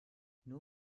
nur